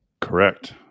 Correct